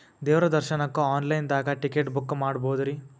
ದೇವ್ರ ದರ್ಶನಕ್ಕ online ದಾಗ ಟಿಕೆಟ ಬುಕ್ಕ ಮಾಡ್ಬೊದ್ರಿ?